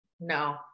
no